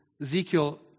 Ezekiel